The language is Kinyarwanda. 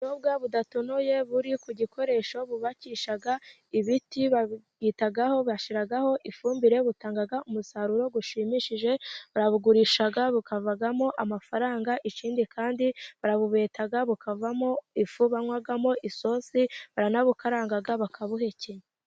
Ubunyobwa budatonoye buri ku gikoresho bubakisha ibiti, babyitaho bashiraho ifumbire butanga umusaruro bushimishije, babugurisha bukavanamo amafaranga. Ikindi kandi barabubeta bukavamo ifu banywamo isosi, baranabubukaranga bakabuhekenya.